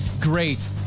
great